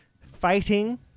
fighting